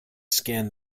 scan